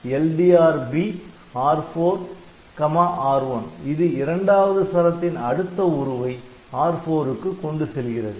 LDRB R4R1 ஆனது இரண்டாவது சரத்தின் அடுத்த உருவை R4 க்கு கொண்டுசெல்கிறது